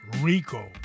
RICO